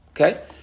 Okay